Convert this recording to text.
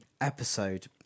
episode